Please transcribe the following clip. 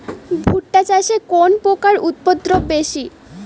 ভুট্টা চাষে কোন পোকার উপদ্রব বেশি?